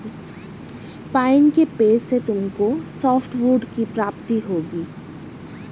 pine के पेड़ से तुमको सॉफ्टवुड की प्राप्ति होगी